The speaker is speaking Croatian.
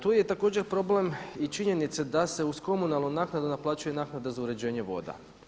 Tu je također problem i činjenice da se uz komunalnu naknadu naplaćuje naknada za uređenje voda.